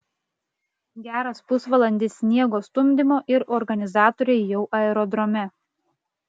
geras pusvalandis sniego stumdymo ir organizatoriai jau aerodrome